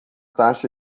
taxa